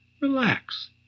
Relax